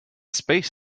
space